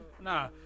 Nah